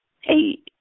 Hey